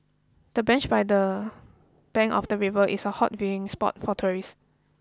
the bench by the bank of the river is a hot viewing spot for tourists